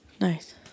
Nice